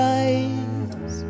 eyes